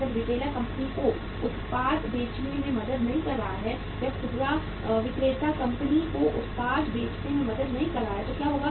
जब retailer company को उत्पाद बेचने में मदद नहीं कर रहा है जब खुदरा विक्रेता कंपनी को उत्पाद बेचने में मदद नहीं कर रहा है तो क्या होगा